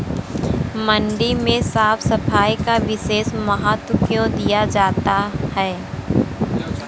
मंडी में साफ सफाई का विशेष महत्व क्यो दिया जाता है?